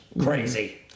Crazy